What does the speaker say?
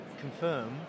confirm